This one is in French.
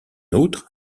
autre